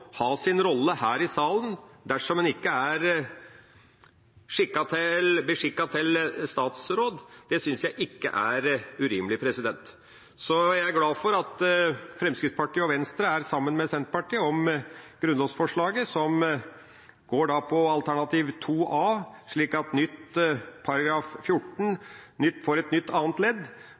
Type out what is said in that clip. ha sin rolle her i salen dersom en ikke er beskikket til statsråd. Jeg er glad for at Fremskrittspartiet og Venstre er sammen med Senterpartiet om grunnlovsforslaget som handler om alternativ 2 A, slik at ny § 14 får et nytt annet ledd,